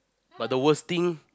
but the worst thing